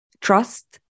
Trust